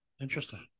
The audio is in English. interesting